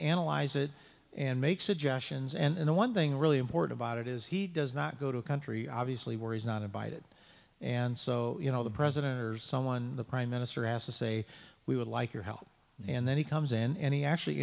analyze it and make suggestions and the one thing really import about it is he does not go to a country obviously where he's not invited and so you know the president or someone the prime minister has to say we would like your help and then he comes and he actually